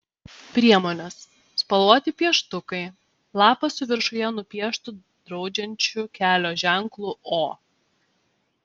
priemonės spalvoti pieštukai lapas su viršuje nupieštu draudžiančiu kelio ženklu o